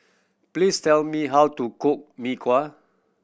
please tell me how to cook Mee Kuah